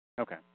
Okay